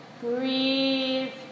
Breathe